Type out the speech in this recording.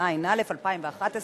התשע"א 2011,